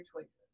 choices